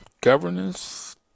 governance